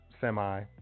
semi